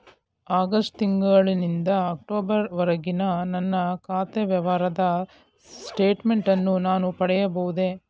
August ತಿಂಗಳು ನಿಂದ October ವರೆಗಿನ ನನ್ನ ಖಾತೆ ವ್ಯವಹಾರದ ಸ್ಟೇಟ್ಮೆಂಟನ್ನು ನಾನು ಪಡೆಯಬಹುದೇ?